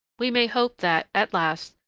we may hope that, at last,